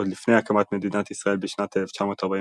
עוד לפני הקמת מדינת ישראל בשנת 1948,